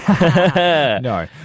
No